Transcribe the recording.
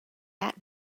that